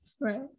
Right